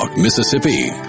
Mississippi